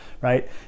Right